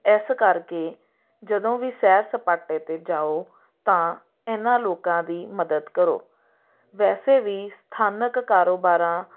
ਇਸ ਕਰਕੇ ਜਦੋਂ ਵੀ ਸੈਰ ਸਪਾਟੇ 'ਤੇ ਜਾਓ ਤਾਂ ਇਹਨਾਂ ਲੋਕਾਂ ਦੀ ਮਦਦ ਕਰੋ ਵੈਸੇ ਵੀ ਸਥਾਨਕ ਕਾਰੋਬਾਰਾਂ